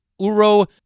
Uro